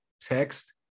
text